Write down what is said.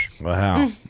Wow